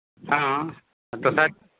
ᱦᱮᱸ ᱫᱚᱥᱟᱨ